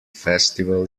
festival